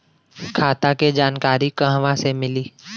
खाता के जानकारी कहवा से मिली?